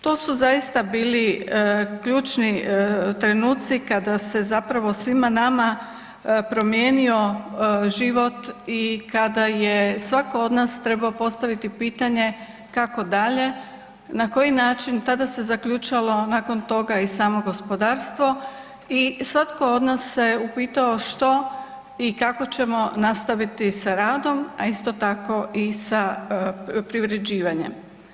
To su zaista bili ključni trenuci kada se zapravo svima nama promijenio život i kada je svatko od nas trebao postaviti pitanje kako dalje, na koji način, tada se zaključalo nakon toga i samo gospodarstvo i svatko od nas se upitao što i kako ćemo nastaviti sa radom, a isto tako i sa privređivanjem.